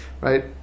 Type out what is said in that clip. right